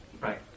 Right